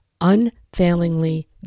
unfailingly